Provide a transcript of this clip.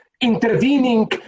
intervening